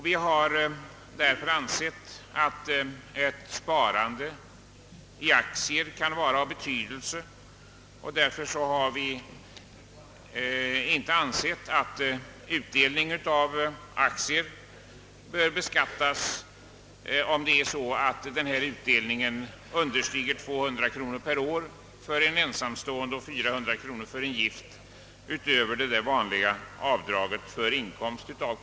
Vi har därför ansett att ett aktiesparande kan vara av betydelse, men fördenskull har vi inte den åsikten att utdelning på aktier bör beskattas utöver det vanliga avdraget för inkomst av kapital, när utdelningen understiger 200 kronor per år för ensamstående och 400 kronor för gift.